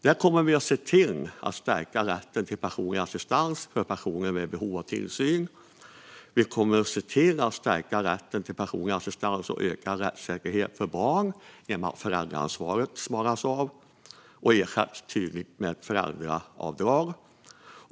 Vi kommer att se till att stärka rätten till personlig assistans för personer med behov av tillsyn och för barn och stärka rättssäkerheten för barn genom att föräldraansvaret smalnas av och ersätts med ett föräldraavdrag.